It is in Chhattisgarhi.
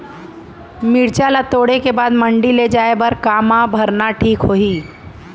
मिरचा ला तोड़े के बाद मंडी ले जाए बर का मा भरना ठीक होही?